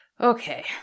Okay